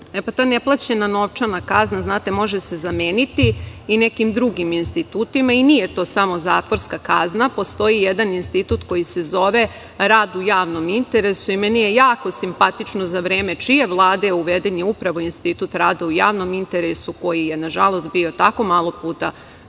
Ta neplaćena novčana kazna, znate, može se zameniti i nekim drugim institutima i nije to samo zatvorska kazna, postoji jedan institut koji se zove rad u javnom interesu. Meni je jako simpatično za vreme čije vlade je upravo uveden institut rada u javnom interesu, koji je, nažalost, bio tako malo puta